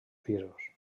pisos